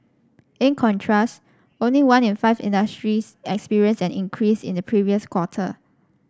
in contrast only one in five industries experienced an increase in the previous quarter